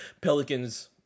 Pelicans